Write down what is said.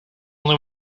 only